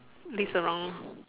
laze around